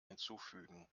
hinzufügen